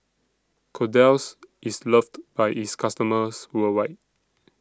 Kordel's IS loved By its customers worldwide